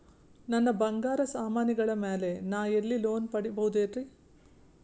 ನನ್ನ ಬಂಗಾರ ಸಾಮಾನಿಗಳ ಮ್ಯಾಲೆ ನಾ ಎಲ್ಲಿ ಲೋನ್ ಪಡಿಬೋದರಿ?